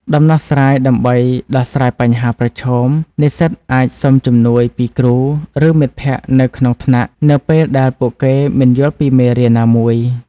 ដំណោះស្រាយដើម្បីដោះស្រាយបញ្ហាប្រឈមនិស្សិតអាចសុំជំនួយពីគ្រូ ឬមិត្តភ័ក្តិនៅក្នុងថ្នាក់នៅពេលដែលពួកគេមិនយល់ពីមេរៀនណាមួយ។